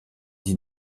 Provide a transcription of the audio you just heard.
dit